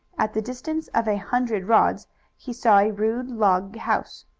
at the distance of a hundred rods he saw a rude log-house.